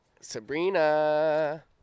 Sabrina